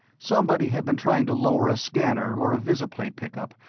somebody had been trying to lower a scanner or visiplate-pickup,